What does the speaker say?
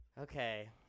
Okay